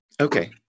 Okay